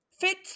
fit